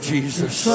Jesus